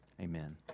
Amen